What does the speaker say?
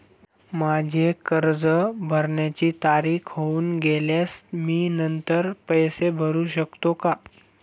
माझे कर्ज भरण्याची तारीख होऊन गेल्यास मी नंतर पैसे भरू शकतो का?